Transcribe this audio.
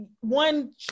one